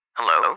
Hello